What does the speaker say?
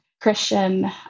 Christian